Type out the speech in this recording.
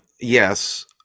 yes